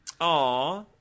Aw